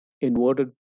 inverted